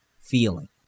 feeling